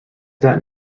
that